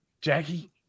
Jackie